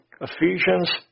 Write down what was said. Ephesians